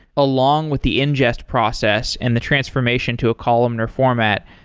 along with the ingest process and the transformation to a columnar format,